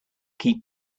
keep